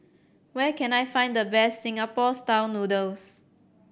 where can I find the best Singapore Style Noodles